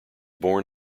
born